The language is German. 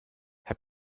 herr